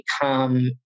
become